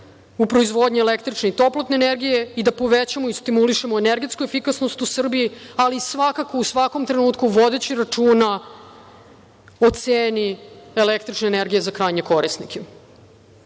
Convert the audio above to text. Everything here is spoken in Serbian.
u proizvodnju električne i toplotne energije i da povećamo i stimulišemo energetsku efikasnost u Srbiji, ali u svakom trenutku vodeći računa o ceni električne energije za krajnje korisnike. Uložićemo